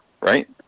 right